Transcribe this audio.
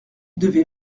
devait